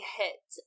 hit